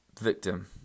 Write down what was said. Victim